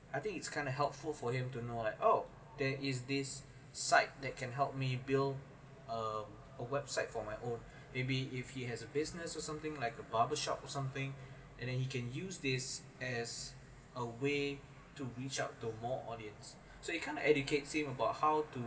I think it's kind of helpful for him to know at oh there is this site that can help me build uh a website for my own maybe if he has a business or something like a barber shop or something and then he can use this as a way to reach out to more audience so you kind of educate him about how to